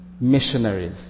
missionaries